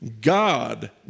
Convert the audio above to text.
God